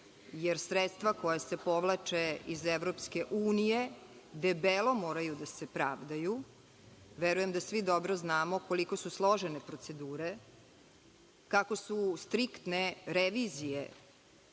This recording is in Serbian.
jer sredstva koja se povlače iz EU, debelo moraju da se pravdaju. Verujem da svi dobro znamo koliko su složene procedure, kako su striktne revizije